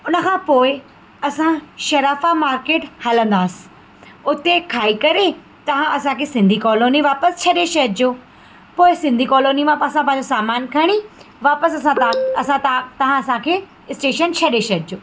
उन खां पोएं असां शिराफा मार्केट हलंदासीं उते खाई करे तव्हां असांखे सिंधी कॉलोनी वापसि छॾे छॾिजो पोएं सिंधी कॉलोनी मां असां पंहिंजो सामान खणी वापसि असां असां ता तव्हां असांखे स्टेशन छॾे छॾिजो